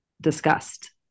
discussed